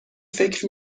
فکر